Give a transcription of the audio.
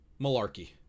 malarkey